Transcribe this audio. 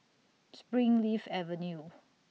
Springleaf Avenue